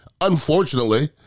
Unfortunately